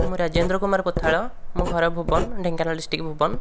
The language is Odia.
ମୁଁ ରାଜେନ୍ଦ୍ର କୁମାର କୋଥାଳ ମୋ ଘର ଭୁବନ ଢେଙ୍କାନାଳ ଡିଷ୍ଟ୍ରିକ୍ ଭୁବନ